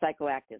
psychoactive